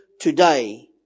today